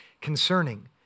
concerning